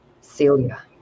Celia